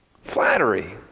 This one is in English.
Flattery